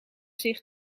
zich